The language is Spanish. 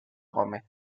gómez